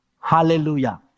Hallelujah